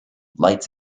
lights